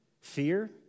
fear